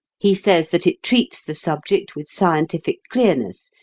he says that it treats the subject with scientific clearness,